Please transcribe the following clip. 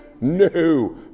No